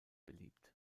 beliebt